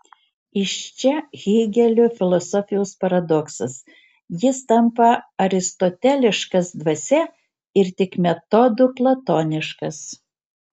iš čia hėgelio filosofijos paradoksas jis tampa aristoteliškas dvasia ir tik metodu platoniškas